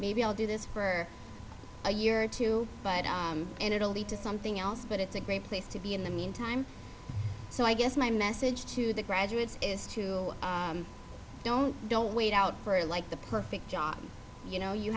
maybe i'll do this for a year or two but and it'll lead to something else but it's a great place to be in the meantime so i guess my message to the graduates is to don't don't wait out for like the perfect job you know you